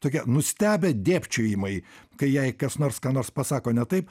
tokie nustebę dėpčiojimai kai jai kas nors ką nors pasako ne taip